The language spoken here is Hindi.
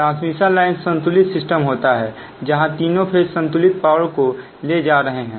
ट्रांसमिशन लाइन संतुलित सिस्टम होता है जहां तीनों फेज संतुलित पावर को ले जा रहे हैं